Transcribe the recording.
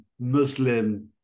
Muslim